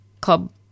Club